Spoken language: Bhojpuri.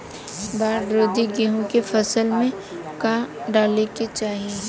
बाढ़ रोधी गेहूँ के फसल में का डाले के चाही?